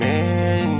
Man